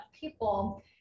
people